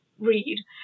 read